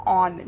on